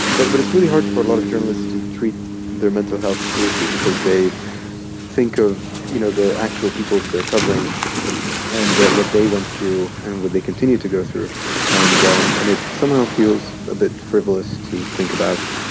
but but it's really hard for a lot of journalists to treat their mental health seriously because they think of, you know, the actual people they're covering and what they went through and what they continue to go through and and it somehow feels a bit frivolous to think about,